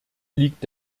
liegt